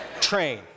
train